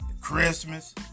Christmas